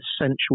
essential